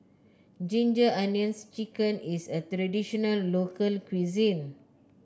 Ginger Onions chicken is a traditional local cuisine